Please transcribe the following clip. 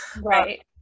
Right